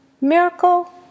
Miracle